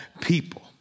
people